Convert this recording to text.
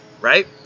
right